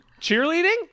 Cheerleading